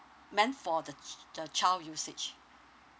meant for the ch~ the child usage